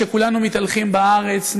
כשכולנו מתהלכים בארץ,